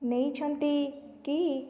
ନେଇଛନ୍ତି କି